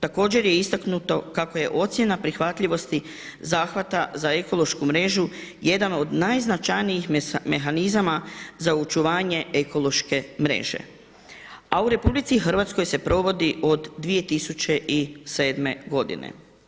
Također je istaknuto kako je ocjena prihvatljivosti zahvata za ekološku mrežu jedan od najznačajnijih mehanizama za očuvanje ekološke mreže a u RH se provodi od 2007. godine.